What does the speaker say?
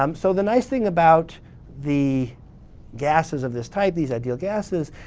um so the nice thing about the gases of this type, these ideal gases,